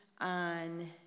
on